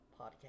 Podcast